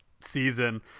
season